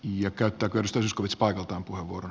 ja käyttää kuristuskuvispaikat on puheenvuoro